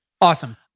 Awesome